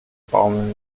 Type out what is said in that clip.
baumeln